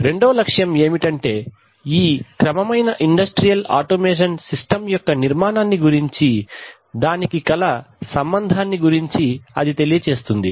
రెండో లక్ష్యం ఏమిటంటే ఈ క్రమమైన ఇండస్ట్రియల్ ఆటోమేషన్ సిస్టమ్ యొక్క నిర్మాణాన్ని గురించి దానికి కల సంబంధాన్ని గురించి తెలియజేస్తుంది